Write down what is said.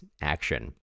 action